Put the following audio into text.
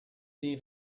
eve